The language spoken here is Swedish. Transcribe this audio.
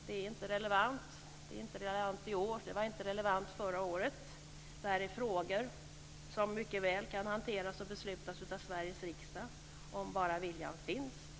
Det är inte relevant i år, och det var inte relevant förra året. Dessa frågor kan mycket väl hanteras och beslutas av Sveriges riksdag, om bara viljan finns.